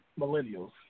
millennials